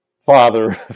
father